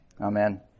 Amen